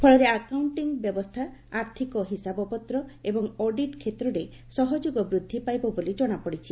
ଫଳରେ ଆକାଉଷ୍ଟିଂ ବ୍ୟବସ୍ଥା ଆର୍ଥିକ ହିସାବପତ୍ର ଏବଂ ଅଡିଟ୍ କ୍ଷେତ୍ରରେ ସହଯୋଗ ବୃଦ୍ଧି ପାଇବ ବୋଲି ଜଣାପଡ଼ିଛି